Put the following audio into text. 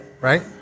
Right